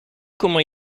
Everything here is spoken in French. comment